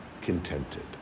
contented